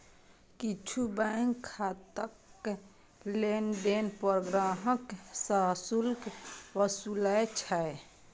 किछु बैंक खाताक लेनदेन पर ग्राहक सं शुल्क वसूलै छै